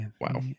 Wow